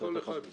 --- בתוך כמה זמן